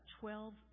twelve